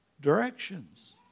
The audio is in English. directions